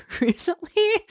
recently